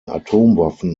atomwaffen